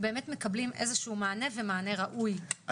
באמת מקבלים איזשהו מענה ומענה ראוי,